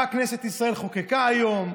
מה כנסת ישראל חוקקה היום?